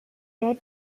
that